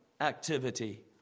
activity